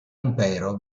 impero